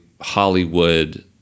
Hollywood